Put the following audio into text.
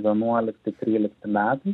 vienuolikti trylikti metai